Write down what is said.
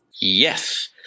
Yes